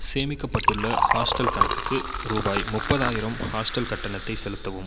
சேமிக்கப்பட்டுள்ள ஹாஸ்டல் கணக்குக்கு ரூபாய் முப்பதாயிரம் ஹாஸ்டல் கட்டணத்தைச் செலுத்தவும்